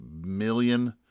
million